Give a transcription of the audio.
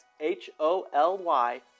H-O-L-Y